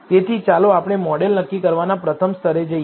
તેથી ચાલો આપણે મોડેલ નક્કી કરવાના પ્રથમ સ્તરે જોઈએ